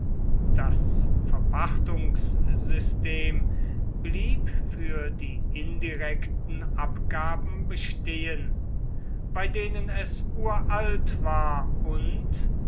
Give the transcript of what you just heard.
das verpachtungssystem blieb für die indirekten abgaben bestehen bei denen es uralt war und